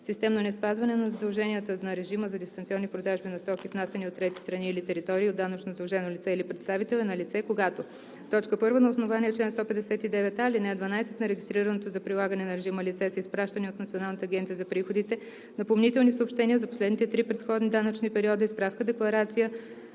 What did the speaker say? Системно неспазване на задълженията на режима за дистанционни продажби на стоки, внасяни от трети страни или територии, от данъчно задължено лице или представител е налице, когато: 1. на основание чл. 159а, ал. 12 на регистрираното за прилагане на режима лице са изпращани от Националната агенция за приходите напомнителни съобщения за последните три предходни данъчни периода и справка-декларацията